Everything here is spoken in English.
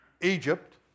Egypt